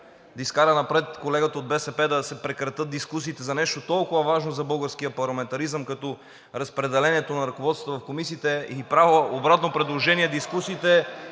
да изкара напред колегата от БСП да се прекратят дискусиите за нещо толкова важно за българския парламентаризъм, като разпределението на ръководствата в комисиите. Правя обратно предложение (шум